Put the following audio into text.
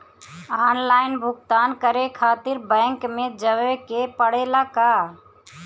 Online भुगतान करे के खातिर बैंक मे जवे के पड़ेला का?